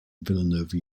villanova